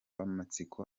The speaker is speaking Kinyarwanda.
amatsiko